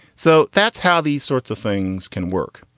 so that's how these sorts of things can work.